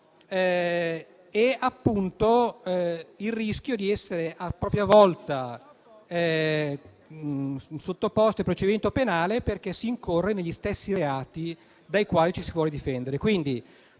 e il rischio di essere a propria volta sottoposti a procedimento penale perché si incorre negli stessi reati dai quali ci si vuole difendere.